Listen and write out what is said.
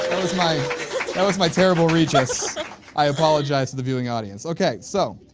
was my that was my terrible regis i apologize to the viewing audience okay. so,